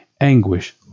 Anguish